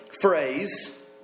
phrase